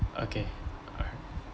okay alright